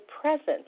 present